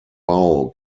bau